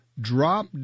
drop